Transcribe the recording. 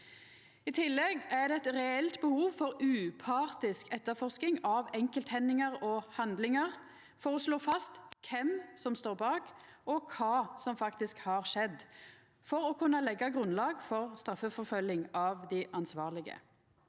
I tillegg er det eit reelt behov for upartisk etterforsking av enkelthendingar og handlingar for å slå fast kven som står bak, og kva som faktisk har skjedd, for å kunna leggja grunnlag for straffeforfølging av dei ansvarlege.